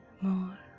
more